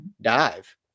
dive